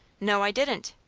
no, i didn't.